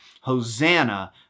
Hosanna